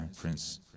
Prince